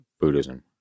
Buddhism